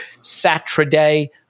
Saturday